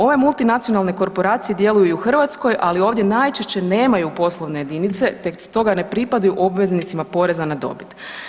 Ovaj multinacionalne korporacije djeluju u Hrvatskoj, ali ovdje najčešće nemaju poslovne jedinice te stoga ne pripadaju obveznicima poreza na dobit.